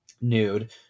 Nude